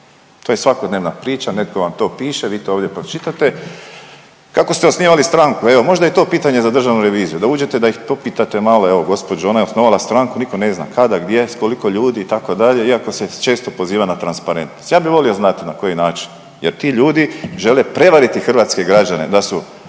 to je svakodnevna priča, netko vam to piše, vi to ovdje pročitate. Kako ste osnivali stranku? Evo možda je i to pitanje za državnu reviziju, da uđete da ih propite malo evo gospođu, ona je osnovala stranku nitko ne zna kada, gdje s koliko ljudi itd. iako se često poziva na transparentnost. Ja bih volio znati na koji način jer ti ljudi žele prevariti hrvatske građane da su